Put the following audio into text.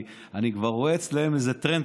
אני כבר רואה אצלם איזה טרנד.